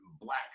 black